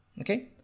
okay